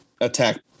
attack